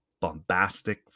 Bombastic